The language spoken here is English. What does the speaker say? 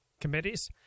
committees